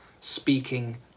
speaking